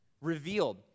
revealed